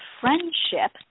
friendship